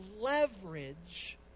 leverage